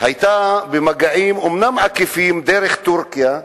היתה במגעים, אומנם עקיפים, דרך טורקיה,